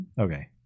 Okay